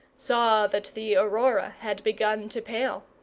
saw that the aurora had begun to pale.